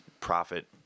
profit –